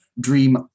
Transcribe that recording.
dream